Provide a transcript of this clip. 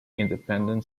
independent